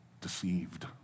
deceived